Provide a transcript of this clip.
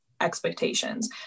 expectations